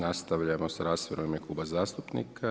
Nastavljamo s raspravom u ime kluba zastupnika.